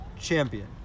Champion